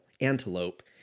antelope